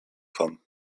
kommen